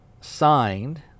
signed